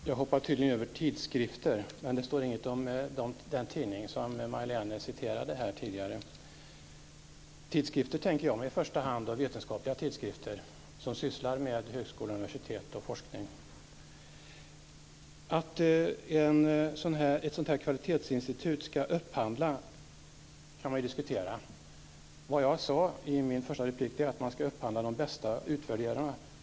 Herr talman! Jag hoppade tydligen över tidskrifter. Det står ingenting om den tidning som Majléne Westerlund Panke citerade tidigare. Jag tänker mig i första hand vetenskapliga tidskrifter som sysslar med högskolor, universitet och forskning. Att ett sådant här kvalitetsinstitut ska upphandla kan man diskutera. Vad jag sade i min första replik var att man ska upphandla de bästa utvärderarna.